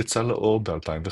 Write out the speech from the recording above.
יצא לאור ב-2015.